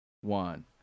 One